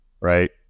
right